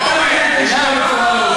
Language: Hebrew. לא משנה, אנחנו בטוחים שתוכל להמציא משהו.